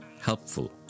helpful